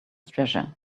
treasure